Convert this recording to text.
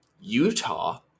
Utah